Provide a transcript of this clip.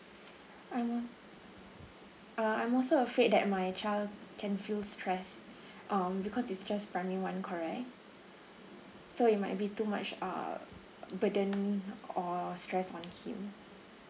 um uh I'm also afraid that my child can feel stress um because it's just primary one correct so it might be too much uh burden or stress on him